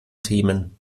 themen